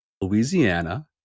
Louisiana